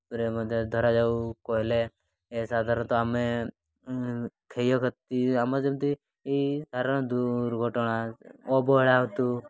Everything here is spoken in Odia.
ଉପରେ ମଧ୍ୟ ଧରାଯାଉ କହିଲେ ଏ ସାଧାରଣତଃ ଆମେ କ୍ଷୟକ୍ଷତି ଆମ ଯେମିତି ଏହି ସାଧାରଣ ଦୁର୍ଘଟଣା ଅବହେଳା ହେତୁ